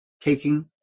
taking